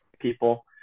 people